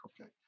okay